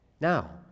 now